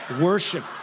worship